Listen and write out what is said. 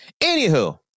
Anywho